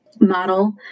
model